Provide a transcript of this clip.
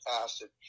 acid